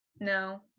no